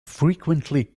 frequently